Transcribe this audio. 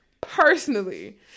personally